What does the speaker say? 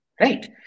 Right